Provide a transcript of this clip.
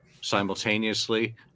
simultaneously